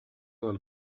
del